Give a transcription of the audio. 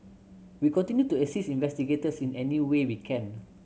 we continue to assist investigators in any way we can